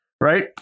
Right